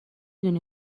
دونی